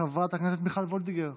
חברת הכנסת מיכל וולדיגר,